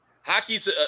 hockey's